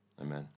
Amen